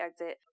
exit